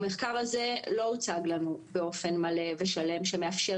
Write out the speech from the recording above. המחקר הזה לא הוצג לנו באופן מלא ושלם שמאפשר